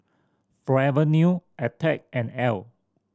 Forever New Attack and Elle